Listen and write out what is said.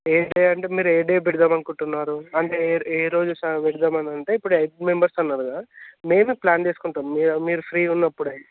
ఏ time మీరు ఏ day పెడదామని అనుకుంటున్నారు అంటే ఏ రోజు స్టార్ట్ పెడదాం అనంటే ఇప్పుడు ఎయిట్ మెంబర్స్ అన్నారు కదా మేము ప్లాన్ చేసుకుంటాం మీరు మీరు ఫ్రీగా ఉన్నప్పుడు